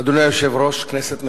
אדוני היושב-ראש, כנסת נכבדה,